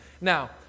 Now